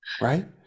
right